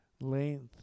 length